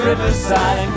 Riverside